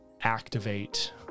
activate